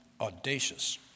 audacious